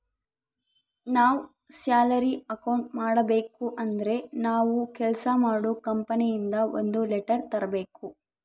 ನಾವ್ salary account ಮಾಡಬೇಕು ಅಂದ್ರೆ ನಾವು ಕೆಲ್ಸ ಮಾಡೋ ಕಂಪನಿ ಇಂದ ಒಂದ್ ಲೆಟರ್ ತರ್ಬೇಕು